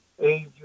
age